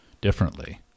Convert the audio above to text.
differently